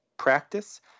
practice